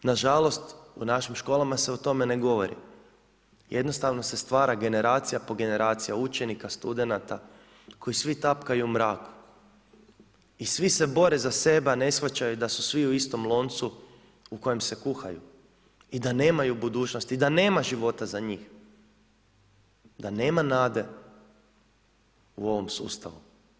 I na žalost, u našim školama se o tome ne govori, jednostavno se stvara generacija po generacija učenika, studenata koji svi tapkaju u mraku i svi se bore za sebe, a na shvaćaju da su svi u istom loncu u kojem se kuhaju i da nemaju budućnosti i da nema života za njih, da nema nade u ovom sustavu.